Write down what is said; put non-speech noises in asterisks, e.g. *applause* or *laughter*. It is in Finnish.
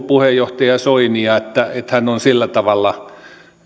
*unintelligible* puheenjohtaja soinia että että hän on sillä tavalla